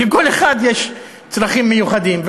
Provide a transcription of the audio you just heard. לכל אחד יש צרכים מיוחדים.